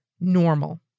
normal